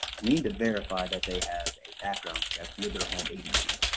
we need to verify that they have a background check with their home agency.